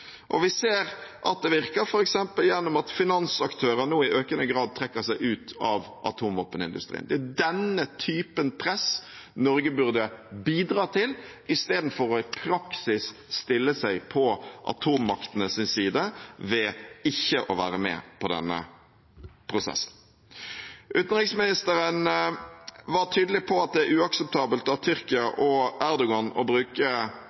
virker, f.eks. gjennom at finansaktører nå i økende grad trekker seg ut av atomvåpenindustrien. Det er denne typen press Norge burde bidra til, istedenfor i praksis å stille seg på atommaktenes side ved ikke å være med på denne prosessen. Utenriksministeren var tydelig på at det er uakseptabelt av Tyrkia og Erdogan å bruke